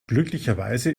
glücklicherweise